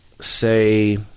say